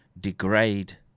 degrade